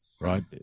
right